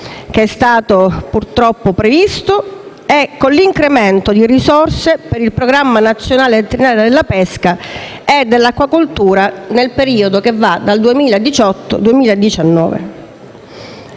obbligatorio, purtroppo previsto, e con l'incremento di risorse per il Programma nazionale triennale della pesca e dell'acquacoltura nel periodo che va dal 2018 al 2019.